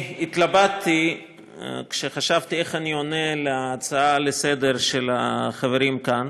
התלבטתי כשחשבתי איך אני עונה על ההצעה לסדר של החברים כאן,